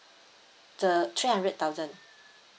the three hundred thousand